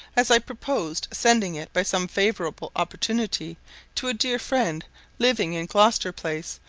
as i purposed sending it by some favourable opportunity to a dear friend living in gloucester place,